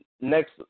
next